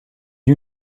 you